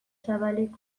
zabalik